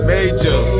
Major